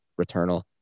Returnal